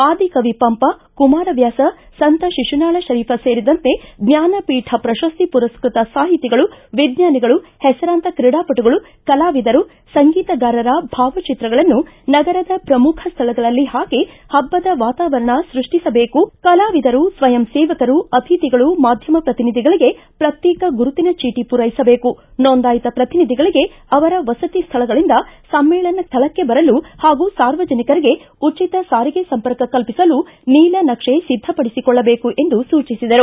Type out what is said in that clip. ಆದಿಕವಿ ಪಂಪ ಕುಮಾರವ್ಯಾಸ ಸಂತ ಶಿಶುನಾಳ ಶರೀಫ ಸೇರಿದಂತೆ ಜ್ವಾನಪೀಠ ಪ್ರಶಸ್ತಿ ಪುರಸ್ಕೃತ ಸಾಹಿತಿಗಳು ವಿಜ್ವಾನಿಗಳು ಹೆಸರಾಂತ ಕ್ರೀಡಾಪಟುಗಳು ಕಲಾವಿದರು ಸಂಗೀತಗಾರರ ಭಾವಚಿತ್ರಗಳನ್ನು ನಗರದ ಪ್ರಮುಖ ಸ್ಥಳಗಳಲ್ಲಿ ಹಾಕಿ ಹಬ್ಬದ ವಾತಾವರಣ ಸೃಷ್ಟಿಸಬೇಕು ಕಲಾವಿದರು ಸ್ವಯಂ ಸೇವಕರು ಅತಿಥಿಗಳು ಮಾಧ್ಯಮ ಪ್ರತಿನಿಧಿಗಳಿಗೆ ಪ್ರತ್ಯೇಕ ಗುರುತಿನ ಚೀಟ ಪೂರೈಸಬೇಕು ನೋಂದಾಯಿತ ಪ್ರತಿನಿಧಿಗಳಿಗೆ ಅವರ ವಸತಿ ಸ್ವಳಗಳಿಂದ ಸಮ್ಮೇಳನ ಸ್ವಳಕ್ಕೆ ಬರಲು ಹಾಗೂ ಸಾರ್ವಜನಿಕರಿಗೆ ಉಚಿತ ಸಾರಿಗೆ ಸಂಪರ್ಕ ಕಲ್ಪಿಸಲು ನೀಲನಕ್ಷೆ ಸಿದ್ದಪಡಿಸಿಕೊಳ್ಳಬೇಕು ಎಂದು ಸೂಚಿಸಿದರು